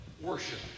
Worship